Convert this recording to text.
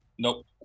Nope